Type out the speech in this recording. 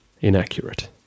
inaccurate